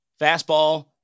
fastball